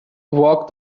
walk